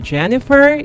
Jennifer